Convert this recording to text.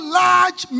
large